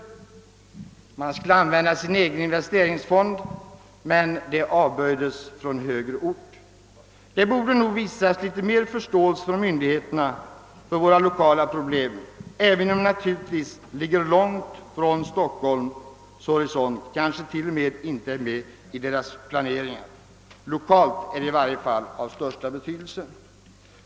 Man ville använda sin egen investeringfond till detta, men förslaget avböjdes från högre ort. Det borde nog visas litet mer förståelse från myndigheterna för våra lokala problem, även om vi naturligtvis ligger långt från Stockholms horisont, kanske t.o.m. inte är med i dess planeringar. Lokalt är de emellertid av största betydelse.